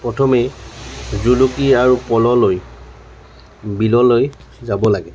প্ৰথমে জুলুকি আৰু পল'লৈ বিললৈ যাব লাগে